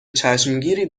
چشمگیری